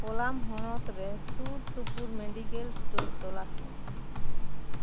ᱠᱳᱞᱟᱢ ᱦᱚᱱᱚᱛᱚ ᱨᱮ ᱥᱩᱨᱥᱩᱯᱩᱨ ᱢᱮᱹᱰᱤᱠᱮᱞ ᱥᱴᱳᱨ ᱛᱚᱞᱟᱥ ᱢᱮ